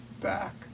back